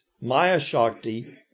Maya-Shakti